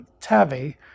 TAVI